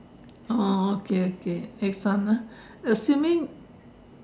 oh okay okay next one ah assuming